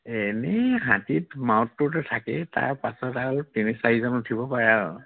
এনেই হাতীত মাউতটোতো থাকেই তাৰপাছত আৰু তিনি চাৰিজন উঠিব পাৰে আৰু